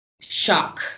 shock